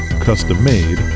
custom-made